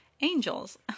Angels